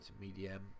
medium